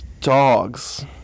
dogs